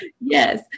Yes